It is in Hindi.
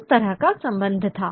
उस तरह का संबंध था